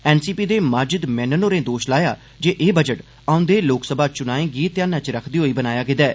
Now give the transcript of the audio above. N C P दे माजिद मेनन होरें दोश लाया जे एह् बजट औन्दे लोकसभा चुनाएं गी ध्यान च रक्खदे होई बनाया गेदा ऐ